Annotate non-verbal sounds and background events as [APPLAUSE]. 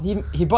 [BREATH]